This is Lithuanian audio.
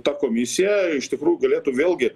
ta komisija iš tikrųjų galėtų vėlgi